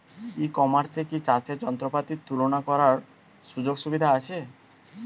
ই কমার্সে কি চাষের যন্ত্রপাতি তুলনা করার সুযোগ সুবিধা আছে?